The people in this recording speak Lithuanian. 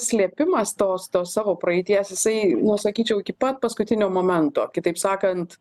slėpimas tos tos savo praeities jisai nu sakyčiau iki pat paskutinio momento kitaip sakant